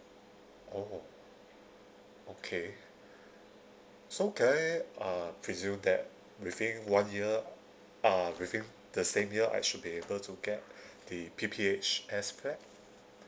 oh okay so can I uh presume that within one year uh within the same year I should be able to get the P_P_H_S flat